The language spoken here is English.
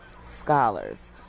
scholars